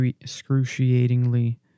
excruciatingly